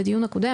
בדיון הקודם,